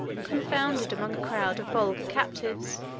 confounded among a crowd of vulgar captives,